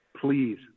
please